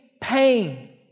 pain